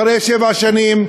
אחרי שבע שנים,